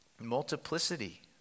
multiplicity